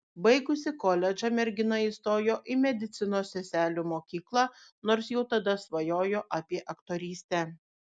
baigusi koledžą mergina įstojo į medicinos seselių mokyklą nors jau tada svajojo apie aktorystę